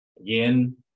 Again